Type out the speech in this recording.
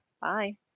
Bye